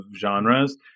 genres